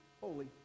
holy